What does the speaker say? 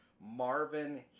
Marvin